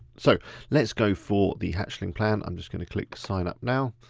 so let's go for the hatchling plan. i'm just gonna click sign up now!